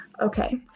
Okay